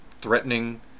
threatening